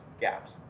gaps